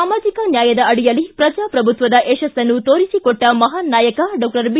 ಸಾಮಾಜಿಕ ನ್ಯಾಯದ ಅಡಿಯಲ್ಲಿ ಪ್ರಜಾಪ್ರಭುತ್ವದ ಯಶಸ್ಸನ್ನು ತೋರಿಸಿಕೊಟ್ಟ ಮಹಾನ್ ನಾಯಕ ಡಾಕ್ವರ್ ಬಿ